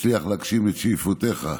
ושתצליח להגשים את שאיפותיך.